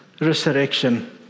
resurrection